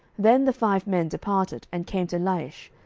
then the five men departed, and came to laish,